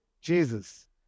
Jesus